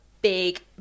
Big